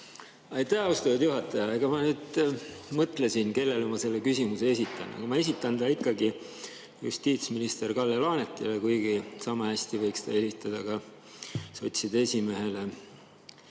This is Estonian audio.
Aitäh, austatud juhataja! Ma nüüd mõtlesin, et kellele ma selle küsimuse esitan. Ma esitan [selle] ikkagi justiitsminister Kalle Laanetile, kuigi samahästi võiks esitada ka sotside esimehele